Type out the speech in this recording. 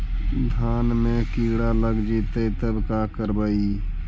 धान मे किड़ा लग जितै तब का करबइ?